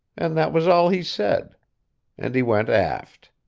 and that was all he said and he went aft.